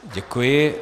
Děkuji.